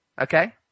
Okay